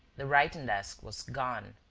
the writing-desk was gone.